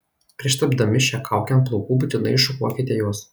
prieš tepdami šią kaukę ant plaukų būtinai iššukuokite juos